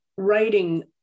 writing